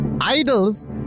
Idol's